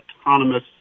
autonomous